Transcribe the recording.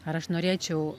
ar aš norėčiau